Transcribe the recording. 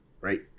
Right